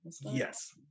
Yes